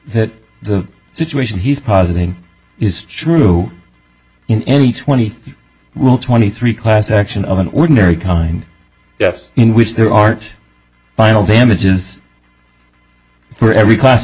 that the situation he's positing is true in any twenty twenty three class action of an ordinary kind yes in which there aren't final damages for every class